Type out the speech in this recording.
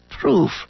proof